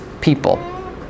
people